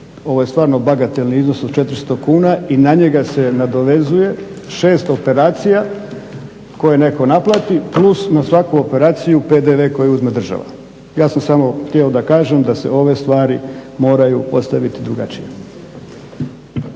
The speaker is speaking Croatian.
ovo je stvarno bagatelni iznos od 400 kuna i na njega se nadovezuje 6 operacija koje netko naplati plus na svaku operaciju PDV koji uzme država. Ja sam samo htio da kažem da se ove stvari moraju postaviti drugačije.